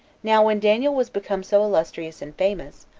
now when daniel was become so illustrious and famous,